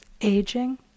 aging